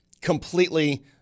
completely